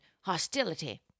hostility